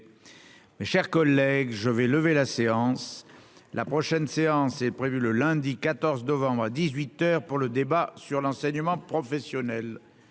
mes chers collègues, je vais lever la séance, la prochaine séance est prévue le lundi 14 novembre à 18 heures pour le débat sur l'enseignement professionnel,